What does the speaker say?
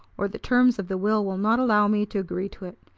or the terms of the will will not allow me to agree to it.